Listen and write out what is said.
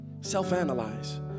Self-analyze